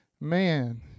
Man